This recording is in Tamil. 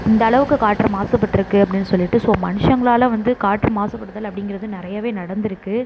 இந்தளவுக்கு காற்று மாசுபட்டிருக்கு அப்படின்னு சொல்லிட்டு ஸோ மனுஷங்களால் வந்து காற்று மாசுபடுதல் அப்படிங்கிறது நிறையவே நடந்துருக்குது